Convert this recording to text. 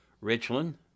Richland